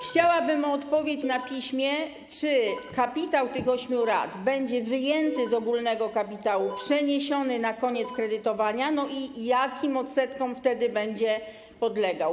Chciałabym otrzymać na piśmie, czy kapitał tych ośmiu rat będzie wyjęty z ogólnego kapitału, przeniesiony na koniec kredytowania, i jakim odsetkom wtedy będzie podlegał.